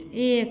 एक